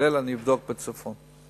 אני אבדוק גם בצפון.